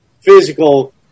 physical